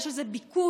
יש לזה ביקוש,